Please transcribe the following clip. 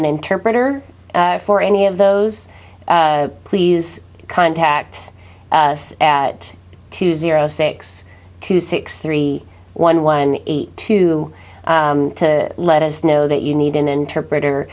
an interpreter for any of those please contact us at two zero six two six three one one eight to let us know that you need an interpreter